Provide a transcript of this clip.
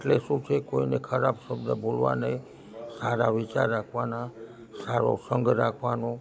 એટલે શું છે કોઈને ખરાબ શબ્દ બોલવા નહીં સારા વિચાર રાખવાના સારો સંગ રાખવાનો